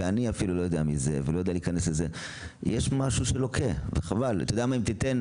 יש להם